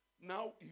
Now